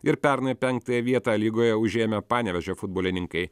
ir pernai penktąją vietą lygoje užėmę panevėžio futbolininkai